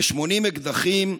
כ-80 אקדחים,